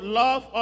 love